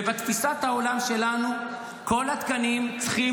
ובתפיסת העולם שלנו כל התקנים צריכים